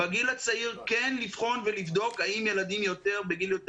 בגיל הצעיר כן לבחון ולבדוק האם ילדים בגיל יותר